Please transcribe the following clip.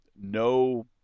no